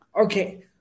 Okay